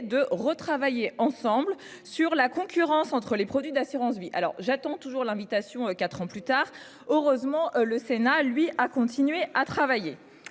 de retravailler ensemble sur la concurrence entre les produits d'assurance-vie alors j'attends toujours l'invitation. 4 ans plus tard. Heureusement le Sénat lui a continué à travailler.